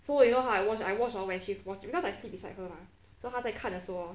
so you know how I watch I watch hor when she's watching because I sleep beside her lah 所以他在看的时后